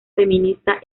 feminista